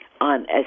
on